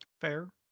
Fair